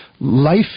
life